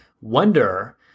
wonder